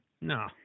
No